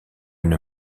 une